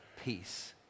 peace